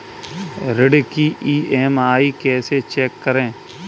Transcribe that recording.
ऋण की ई.एम.आई कैसे चेक करें?